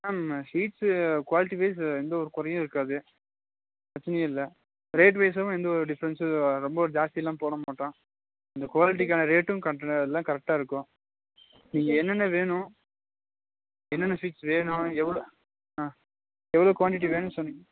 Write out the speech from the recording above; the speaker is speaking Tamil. மேம் ஸ்வீட்ஸு குவாலிட்டிவைஸ் எந்த ஒரு குறையும் இருக்காது பிரச்சினையே இல்லை ரேட்வைஸுமே எந்த ஒரு டிஃப்ரெண்ட்ஸும் ரொம்ப ஜாஸ்தியெலாம் போடமாட்டோம் இந்த குவாலிட்டிக்கான ரேட்டும் கர எல்லாம் கரெக்டாக இருக்கும் நீங்கள் என்னென்ன வேணும் என்னென்ன ஸ்வீட்ஸ் வேணும் எவ்வளோ ஆ எவ்வளோ குவாண்டிட்டி வேணும் சொன்னீங்க